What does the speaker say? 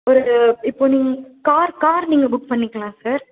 ஒரு இப்போ நீங்கள் கார் கார் நீங்கள் புக் பண்ணிக்கலாம் சார்